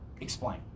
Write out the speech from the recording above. Explain